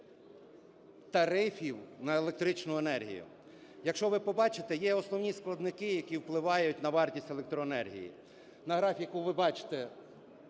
тарифів на електричну енергію. Якщо ви побачите, є основні складники, які впливають на вартість електроенергії. На графіку ви бачите